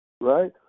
Right